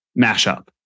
mashup